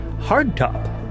Hardtop